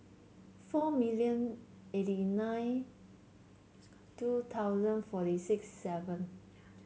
four million eighty nine two thousand forty six seven